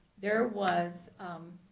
there was